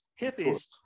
hippies